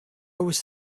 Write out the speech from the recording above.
was